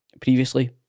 previously